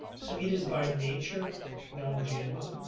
so it is by nature non-gmo.